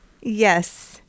Yes